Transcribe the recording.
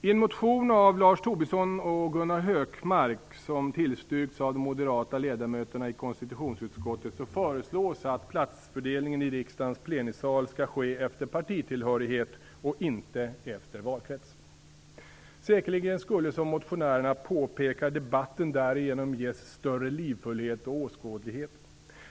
I en motion av Lars Tobisson och Gunnar Hökmark, som tillstyrkts av de moderata ledamöterna i konstitutionsutskottet, föreslås att platsfördelningen i riksdagens plenisal skall ske efter partitillhörighet och inte efter valkrets. Säkerligen skulle, som motionärerna påpekar, debatten därigenom ges större livfullhet och åskådlighet.